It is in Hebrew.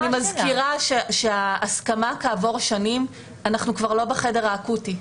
אני מזכירה שאם ההסכמה כעבור שנים אנחנו כבר לא בחדר האקוטי.